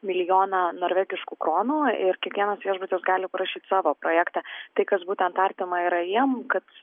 milijoną norvegiškų kronų ir kiekvienas viešbutis gali parašyt savo projektą tai kas būtent artima ir jiem kad